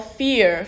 fear